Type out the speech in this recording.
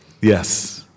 Yes